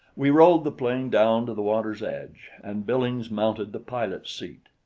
we rolled the plane down to the water's edge, and billings mounted the pilot's seat.